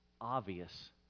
obvious